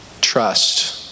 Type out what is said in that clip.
Trust